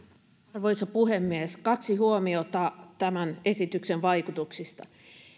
arvoisa puhemies kaksi huomiota tämän esityksen vaikutuksista